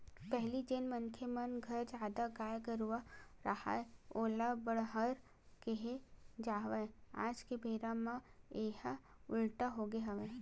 पहिली जेन मनखे मन घर जादा गाय गरूवा राहय ओला बड़हर केहे जावय आज के बेरा म येहा उल्टा होगे हवय